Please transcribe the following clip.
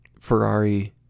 Ferrari